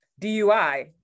DUI